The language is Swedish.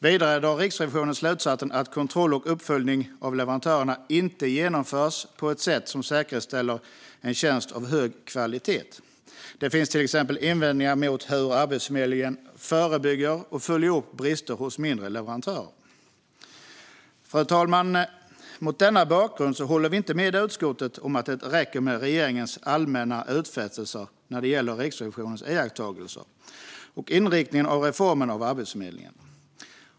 Vidare drar Riksrevisionen slutsatsen att kontroll och uppföljning av leverantörerna inte genomförs på ett sätt som säkerställer en tjänst av hög kvalitet. Det finns till exempel invändningar mot hur Arbetsförmedlingen förebygger och följer upp brister hos mindre leverantörer. Fru talman! Mot denna bakgrund håller vi inte med utskottet om att det räcker med regeringens allmänna utfästelser när det gäller Riksrevisionens iakttagelser och inriktningen av reformen av Arbetsförmedlingen.